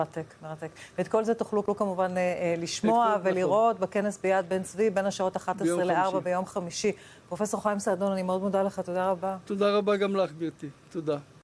מרתק, מרתק. ואת כל זה תוכלו כמובן לשמוע ולראות בכנס ביד בן צבי בין השעות 11 ל-4 ביום חמישי. פרופ' חיים סעדון, אני מאוד מודה לך, תודה רבה. תודה רבה גם לך, גבירתי. תודה.